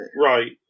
right